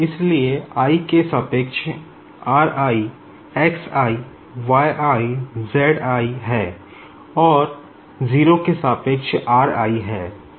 इसलिए i के सापेक्ष r i X i Y i Z i है और 0 के सापेक्ष r i है